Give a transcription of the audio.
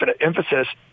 emphasis